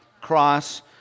cross